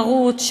מרות,